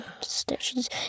Stitches